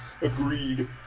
Agreed